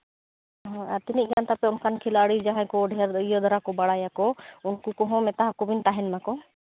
ᱦᱮᱸ ᱟᱨ ᱛᱤᱱᱟᱹᱜ ᱜᱟᱱ ᱛᱟᱯᱮ ᱚᱱᱠᱟᱱ ᱠᱷᱮᱞᱟᱲᱤ ᱡᱟᱦᱟᱸᱭ ᱠᱚ ᱰᱷᱮᱨ ᱤᱭᱟᱹ ᱫᱷᱟᱨᱟ ᱠᱚ ᱵᱟᱲᱟᱭᱟᱠᱚ ᱩᱱᱠᱩ ᱠᱚᱦᱚᱸ ᱢᱮᱛᱟ ᱠᱚᱵᱤᱱ ᱛᱟᱦᱮᱱᱟᱠᱚ